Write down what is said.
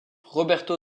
roberto